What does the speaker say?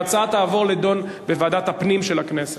ההצעה תעבור ותידון בוועדת הפנים של הכנסת.